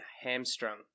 hamstrung